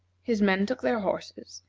his men took their horses,